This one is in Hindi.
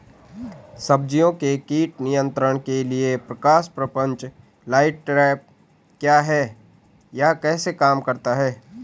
सब्जियों के कीट नियंत्रण के लिए प्रकाश प्रपंच लाइट ट्रैप क्या है यह कैसे काम करता है?